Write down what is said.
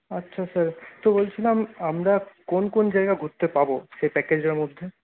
আচ্ছা স্যার তো বলছিলাম আমরা কোন কোন জায়গা ঘুরতে পাবো এ প্যাকেজের মধ্যে